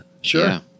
Sure